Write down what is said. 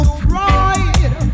pride